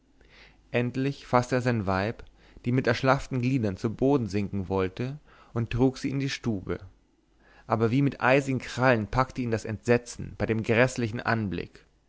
endlich faßte er sein weib die mit erschlafften gliedern zu boden sinken wollte und trug sie in die stube aber wie mit eisigen krallen packte ihn das entsetzen bei dem gräßlichen anblick